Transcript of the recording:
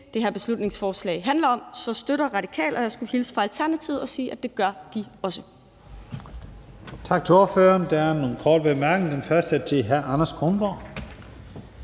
det her beslutningsforslag handler om, så støtter Radikale. Og jeg skulle hilse fra Alternativet og sige, at det gør de også.